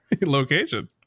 location